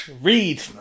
Read